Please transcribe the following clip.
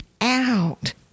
out